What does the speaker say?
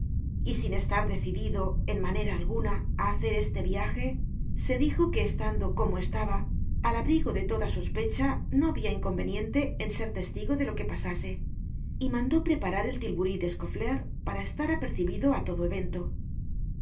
y sin estar decidido en manera alguna á hacer este viaje se dijo que estando como estaba al abrigo de toda sospecha no habia inconveniente en ser testigo de lo que pasase y mandó preparar el tilburí de scauflaire para estar apercibido á todo evento